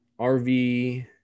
RV